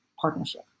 partnership